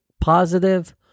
positive